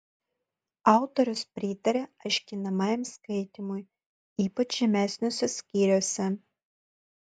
autorius pritaria aiškinamajam skaitymui ypač žemesniuose skyriuose